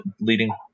leading